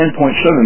$10.7